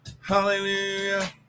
hallelujah